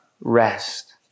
rest